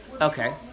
Okay